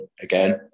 again